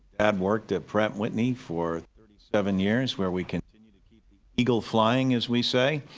dad worked at pratt whitney for thirty seven years where we continue to keep the eagle flying as we say,